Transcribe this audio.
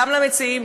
גם למציעים,